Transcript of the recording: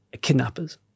kidnappers